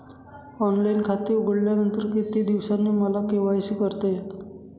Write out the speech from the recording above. Online खाते उघडल्यानंतर किती दिवसांनी मला के.वाय.सी करता येईल?